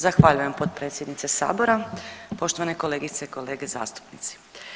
Zahvaljujem potpredsjednice Sabora, poštovane kolegice i kolege zastupnici.